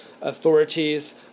authorities